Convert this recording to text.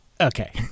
okay